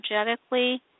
energetically